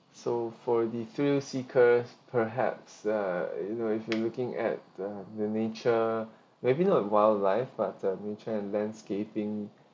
so for the thrill seekers perhaps uh you know if you're looking at the the nature maybe not a wildlife but the nature and landscaping